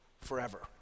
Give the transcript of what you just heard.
forever